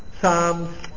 Psalms